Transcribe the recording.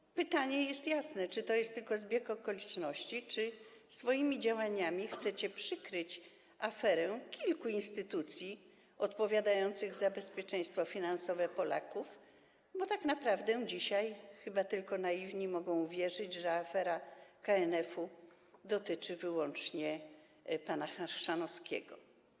I pytanie jest jasne: Czy to jest tylko zbieg okoliczności, czy swoimi działaniami chcecie przykryć aferę kilku instytucji odpowiadających za bezpieczeństwo finansowe Polaków, bo tak naprawdę dzisiaj chyba tylko naiwni mogą uwierzyć, że afera KNF-u dotyczy wyłącznie pana Chrzanowskiego?